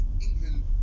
England